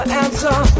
answer